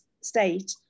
state